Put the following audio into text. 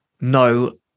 no